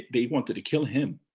they wanted to kill him.